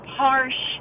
harsh